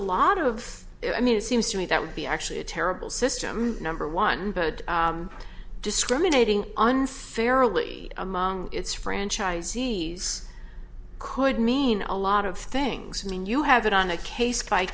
lot of it i mean it seems to me that would be actually a terrible system number one but discriminating unfair among its franchisees could mean a lot of things when you have it on a case by